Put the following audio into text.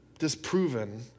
Disproven